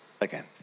again